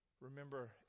Remember